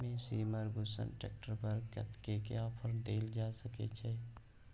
Massey Ferguson tractor पर कतेक के ऑफर देल जा सकै छै?